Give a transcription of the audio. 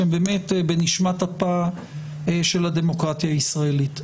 שהם באמת בנשמת אפה של הדמוקרטיה הישראלית.